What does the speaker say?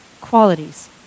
qualities